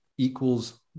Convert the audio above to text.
equals